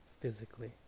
physically